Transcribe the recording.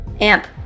AMP